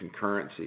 concurrency